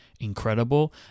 incredible